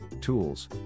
tools